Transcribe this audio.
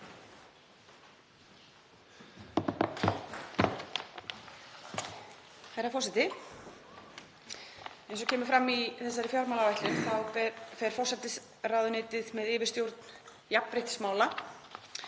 Herra forseti. Eins og kemur fram í þessari fjármálaáætlun þá fer forsætisráðuneytið með yfirstjórn jafnréttismála